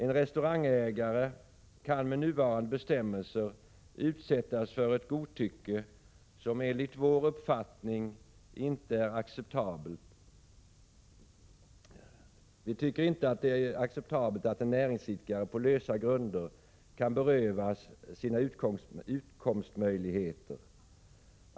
En restaurangägare kan med nuvarande bestämmelser utsättas för ett godtycke, och vi tycker inte att det är acceptabelt att en näringsidkare på lösa grunder kan berövas sina utkomstmöjligheter.